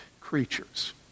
creatures